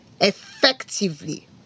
effectively